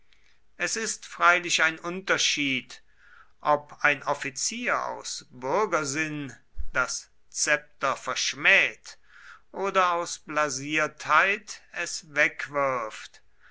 es ist freilich ein unterschied ob ein offizier aus bürgersinn das szepter verschmäht oder aus blasiertheit es wegwirft